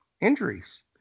injuries